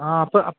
ആ ആപ്പ